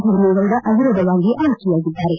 ಧರ್ಮೇಗೌಡ ಅವಿರೋಧವಾಗಿ ಆಯ್ಕೆಯಾಗಿದ್ದಾರೆ